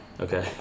okay